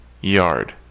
yard